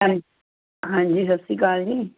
ਹਾਂ ਹਾਂਜੀ ਸਤਿ ਸ਼੍ਰੀ ਅਕਾਲ ਜੀ